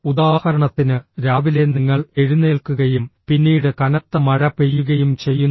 ഉദാഹരണത്തിന് രാവിലെ നിങ്ങൾ എഴുന്നേൽക്കുകയും പിന്നീട് കനത്ത മഴ പെയ്യുകയും ചെയ്യുന്നു